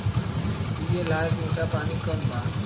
पिए लायक मीठ पानी कम बा